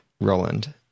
Roland